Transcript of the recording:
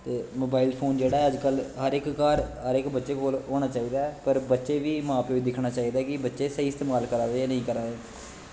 ते mobile phone जेह्ड़ा ऐ अजकल हर घर हर इक बच्चे कोल होना चाही दा पर बच्चे गा बी मा प्यो गी दिक्खना चाही दा कि बच्चे स्हेई इस्तेमाल करा दे जां नेंई करा दे